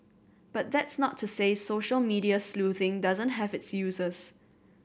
but that's not to say social media sleuthing doesn't have its uses